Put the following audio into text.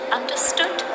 understood